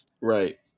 Right